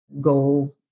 go